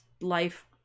life